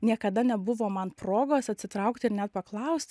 niekada nebuvo man progos atsitraukti ir net paklaust